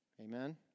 Amen